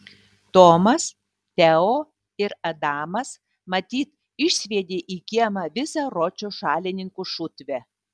tomas teo ir adamas matyt išsviedė į kiemą visą ročo šalininkų šutvę